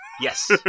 Yes